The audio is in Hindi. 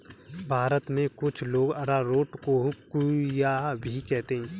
भारत में कुछ लोग अरारोट को कूया भी कहते हैं